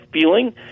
feeling